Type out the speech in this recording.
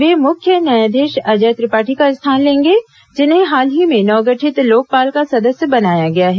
वे मुख्य न्यायाधीश अजय त्रिपाठी का स्थान लेंगे जिन्हें हाल ही में नवगठित लोकपाल का सदस्य बनाया गया है